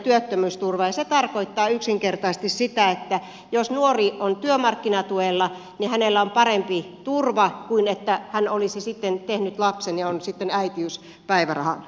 se tarkoittaa yksinkertaisesti sitä että jos nuori on työmarkkinatuella hänellä on parempi turva kuin että hän olisi tehnyt lapsen ja olisi sitten äitiyspäivärahalla